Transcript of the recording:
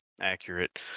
accurate